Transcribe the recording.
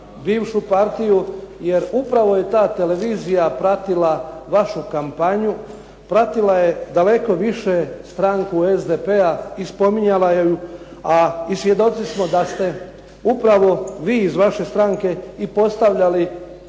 bivšu partiju. Jer upravo je ta televizija pratila vašu kampanju, pratila je daleko više stranku SDP-a i spominjala je. A svjedoci smo upravo da ste vi iz vaše stranke i postavljali